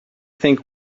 think